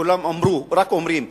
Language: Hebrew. כולם רק אומרים.